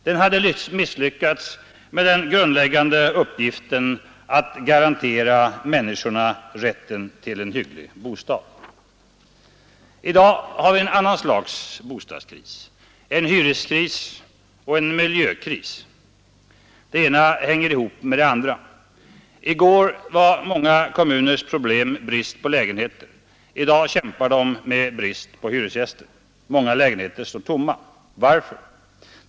Den hade misslyckats med den grundläggande uppgiften att garantera människor rätten till en hygglig bostad. I dag har vi ett annat slags bostadskris, en hyreskris och en miljökris. Det ena hänger ihop med det andra. I går var många kommuners problem brist på lägenheter, i dag kämpar de med brist på hyresgäster. Många lägenheter står tomma. Varför?